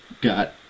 got